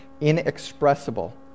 inexpressible